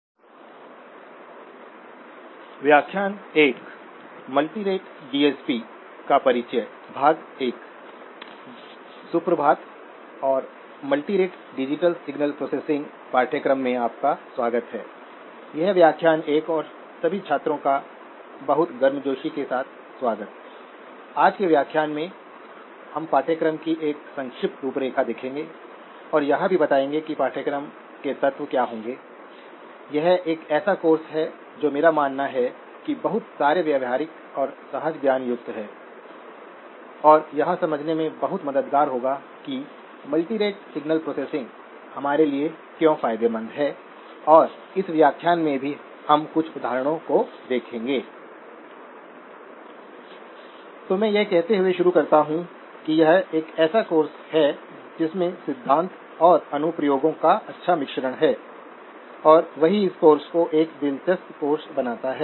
अब हम इस एम्पलीफायर की स्विंग लिमिटस को इव़ैल्यूएट करते हैं जो मैंने यहां दिखाया है वह सोर्स फीडबैक बायसिंग के साथ एक कॉमन सोर्स एम्पलीफायर है